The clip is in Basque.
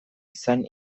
izan